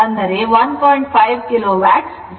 5 kilo Watt ಆಗುತ್ತದೆ